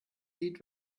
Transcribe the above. sieht